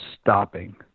stopping